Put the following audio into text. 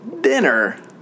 dinner